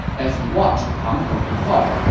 as he watched pang tong depart,